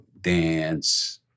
dance